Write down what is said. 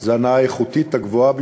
היא ההנאה הרבה ביותר,